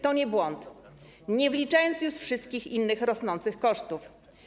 To nie błąd - nie wliczając już wszystkich innych rosnących kosztów.